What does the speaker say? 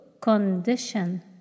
condition